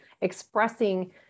expressing